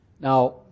Now